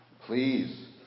Please